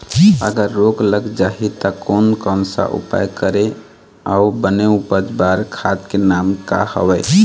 अगर रोग लग जाही ता कोन कौन सा उपाय करें अउ बने उपज बार खाद के नाम का हवे?